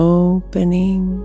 opening